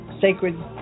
sacred